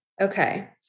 Okay